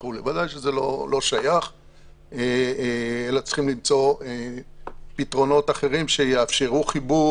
ודאי שזה לא שייך אלא צריך למצוא פתרונות אחרים שיאפשרו לחיבור,